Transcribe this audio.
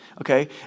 okay